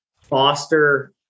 foster